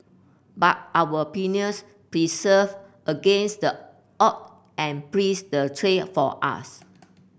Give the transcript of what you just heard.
but our pioneers persevered against the odd and breeze the trail for us